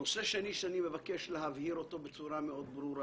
נושא שני שאני מבקש להבהיר בצורה מאוד ברורה.